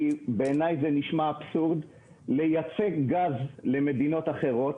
כי בעיניי זה נשמע אבסורד לייצא גז למדינות אחרות,